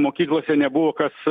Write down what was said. mokyklose nebuvo kas